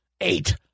Eight